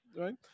right